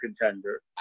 contender